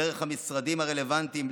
דרך המשרדים הרלוונטיים,